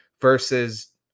versus